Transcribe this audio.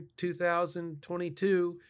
2022